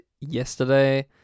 yesterday